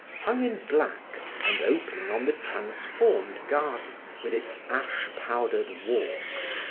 hung in black and opening on the transformed garden with its ash-powdered walks,